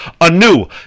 anew